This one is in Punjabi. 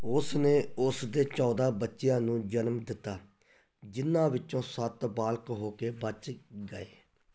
ਉਸ ਨੇ ਉਸ ਦੇ ਚੌਦ੍ਹਾਂ ਬੱਚਿਆਂ ਨੂੰ ਜਨਮ ਦਿੱਤਾ ਜਿਨ੍ਹਾਂ ਵਿੱਚੋਂ ਸੱਤ ਬਾਲਗ ਹੋ ਕੇ ਬਚ ਗਏ